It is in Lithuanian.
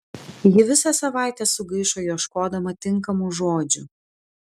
ji visą savaitę sugaišo ieškodama tinkamų žodžių